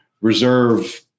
reserve